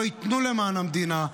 לא ייתנו למען המדינה,